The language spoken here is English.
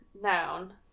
Noun